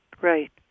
Right